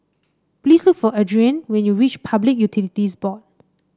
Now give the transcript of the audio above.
please look for Adriane when you reach Public Utilities Board